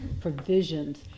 provisions